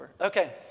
Okay